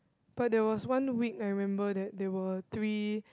but there was one week I remember that there were three